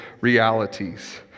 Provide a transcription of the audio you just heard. realities